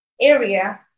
area